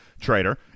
Trader